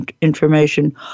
information